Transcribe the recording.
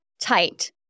tight